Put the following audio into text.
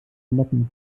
noppen